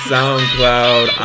SoundCloud